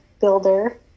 builder